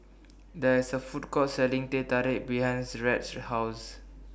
There IS A Food Court Selling Teh Tarik behind Rhett's House